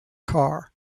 car